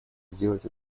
сделать